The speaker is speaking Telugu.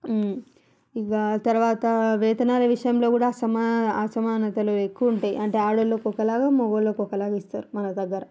ఇక తర్వాత వేతనాల విషయంలో కూడా అసమాన అసమానతలు ఎక్కువ ఉంటాయి అంటే ఆడవాళ్ళకు ఒకలాగా మగవాళ్ళకి ఒకలాగిస్తారు మన దగ్గర